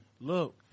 Look